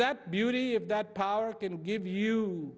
that beauty of that power can give you